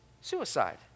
suicide